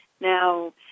Now